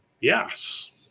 yes